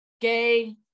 gay